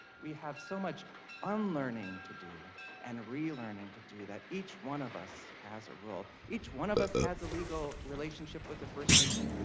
we have so much unlearning to do and relearning to do that each one of us has a role. each one of us has a legal relationship with the first nations.